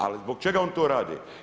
Ali zbog čega oni to rade?